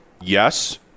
Yes